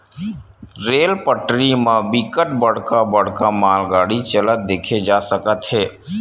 rail पटरी म बिकट बड़का बड़का मालगाड़ी चलत देखे जा सकत हे